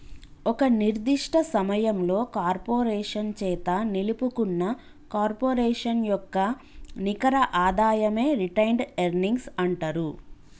ఒక నిర్దిష్ట సమయంలో కార్పొరేషన్ చేత నిలుపుకున్న కార్పొరేషన్ యొక్క నికర ఆదాయమే రిటైన్డ్ ఎర్నింగ్స్ అంటరు